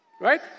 Right